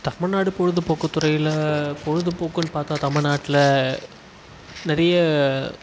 தமிழ்நாடு பொழுதுபோக்கு துறையில் பொழுதுபோக்குனு பார்த்தா தமிழ்நாட்டில் நிறைய